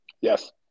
Yes